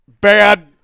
bad